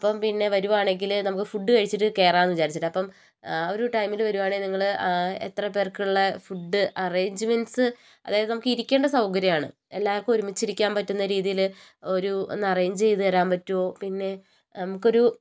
അപ്പോൾ പിന്നെ വരുവാണെങ്കിൽ നമുക്ക് ഫുഡ് കഴിച്ചിട്ട് കയറാന്ന് വിചാരിച്ചിട്ടാണ് അപ്പം ഒരു ടൈമിൽ വരുവാണെങ്കിൽ നിങ്ങൾ എത്ര പേർക്കുള്ള ഫുഡ് അറേഞ്ച്മെൻസ് അതായത് നമുക്ക് ഇരിക്കേണ്ട സൗകര്യമാണ് എല്ലാവർക്കും ഒരുമിച്ച് ഇരിക്കാൻ പറ്റുന്ന രീതിയിൽ ഒരു ഒന്ന് അറേഞ്ച് ചെയ്തു തരാൻ പറ്റുവോ പിന്നെ നമുക്കൊരു